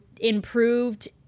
improved